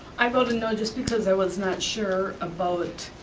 i voted no just because i was not sure about